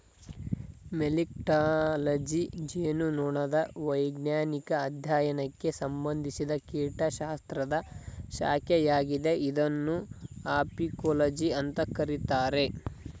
melittology ಜೇನುನೊಣದ ವೈಜ್ಞಾನಿಕ ಅಧ್ಯಯನಕ್ಕೆ ಸಂಬಂಧಿಸಿದ ಕೀಟಶಾಸ್ತ್ರದ ಶಾಖೆಯಾಗಿದೆ ಇದನ್ನು ಅಪಿಕೋಲಜಿ ಅಂತ ಕರೀತಾರೆ